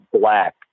black